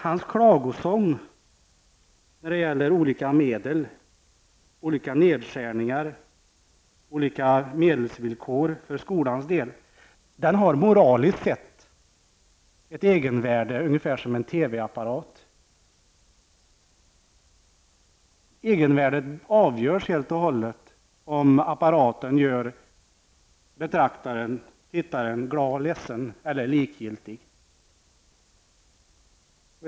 Hans klagosång när det gäller olika nedskärningar och olika medelsvillkor för skolans del har moraliskt sett ungefär samma egenvärde som en TV-apparat. Egenvärdet avgörs helt och hållet av om apparaten gör betraktaren, tittaren glad, ledsen eller likgiltig.